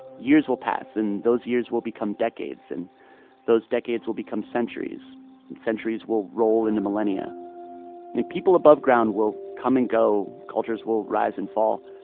years will pass. and those years will become decades. and those decades will become centuries. and centuries will roll into millennia. then people above ground will come and go. cultures will rise and fall.